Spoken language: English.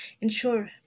ensure